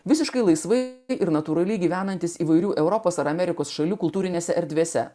visiškai laisvai ir natūraliai gyvenantys įvairių europos ar amerikos šalių kultūrinėse erdvėse